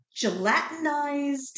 gelatinized